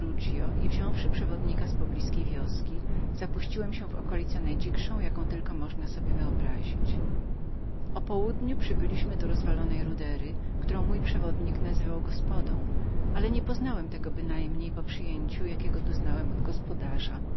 i wziąwszy przewodnika z poblizkiej wioski zapuściłem się w okolicę najdzikszą jaką tylko można sobie wyobrazić o południu przybyłem do wpół rozwalonego budynku który mój przewodnik nazywał gospodą ale niepoznałem tego bynajmniej po przyjęciu jakiego doznałem od gospodarza